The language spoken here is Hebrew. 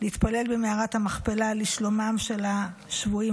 להתפלל במערת המכפלה לשלומם של השבויים